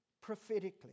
prophetically